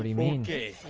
but i mean in game